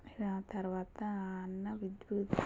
ఇక ఆ తరువాత అన్న విద్యుత్